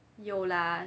有 lah